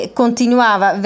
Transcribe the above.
continuava